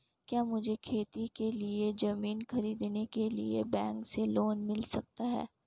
क्या मुझे खेती के लिए ज़मीन खरीदने के लिए बैंक से लोन मिल सकता है?